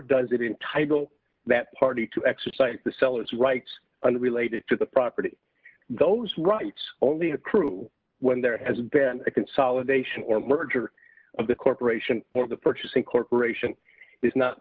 does it entitle that party to exercise the seller's rights unrelated to the property those rights only accrue when there has been a consolidation or merger of the corporation or the purchasing corporation is not